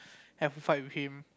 have a fight with him